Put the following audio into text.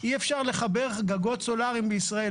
אי אפשר לחבר גגות סולאריים בישראל,